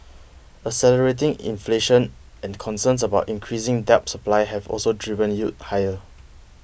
accelerating inflation and concerns about increasing debt supply have also driven yields higher